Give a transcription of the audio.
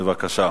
בבקשה.